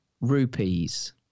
rupees